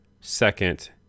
second